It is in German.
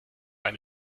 eine